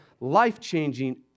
life-changing